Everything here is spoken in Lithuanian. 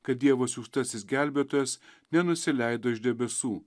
kad dievo siųstasis gelbėtojas nenusileido iš debesų